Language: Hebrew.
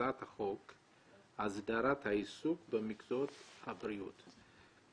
הצעת חוק הסדרת העיסוק במקצועות הבריאות.